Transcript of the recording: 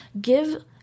Give